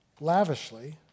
lavishly